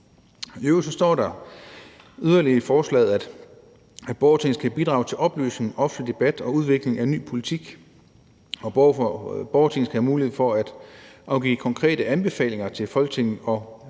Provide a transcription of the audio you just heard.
I øvrigt står der yderligere i forslaget, at et borgerting skal bidrage til oplysning, offentlig debat og udvikling af ny politik, at borgertinget skal have mulighed for at afgive konkrete anbefalinger til Folketinget, og at